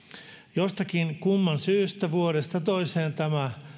jostakin kumman syystä vuodesta toiseen tämä